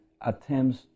attempts